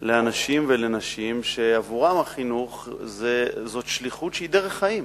לאנשים ולנשים שעבורם החינוך הוא שליחות שהיא דרך חיים.